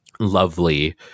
lovely